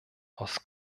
aus